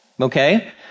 okay